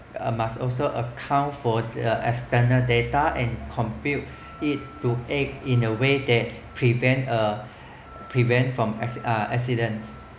must also account for uh external data and compute it to act in a way that prevent uh prevent from uh accidents